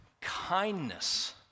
kindness